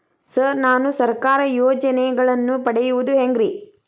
Sir ನಾನು ಸರ್ಕಾರ ಯೋಜೆನೆಗಳನ್ನು ಪಡೆಯುವುದು ಹೆಂಗ್ರಿ?